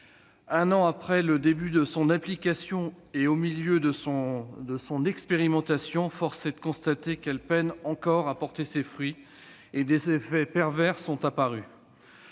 Un an après le début de son application et au milieu de l'expérimentation prévue, force est de constater qu'elle peine encore à porter ses fruits, et des effets pervers sont apparus.